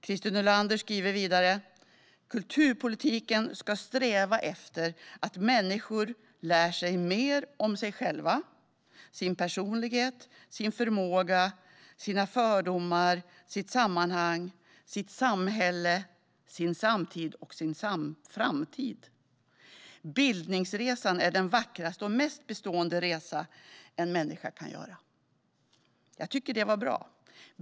Han skriver vidare att kulturpolitiken ska sträva efter att människor lär sig mer om sig själva, sin personlighet, sin förmåga, sina fördomar, sitt sammanhang, sitt samhälle, sin samtid och sin framtid. Christer Nylander skriver också att bildningsresan är den vackraste och mest bestående resa en människa kan göra. Jag tycker att det var bra.